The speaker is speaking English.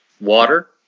water